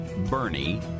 Bernie